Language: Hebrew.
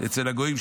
אצל הגויים,